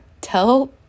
tell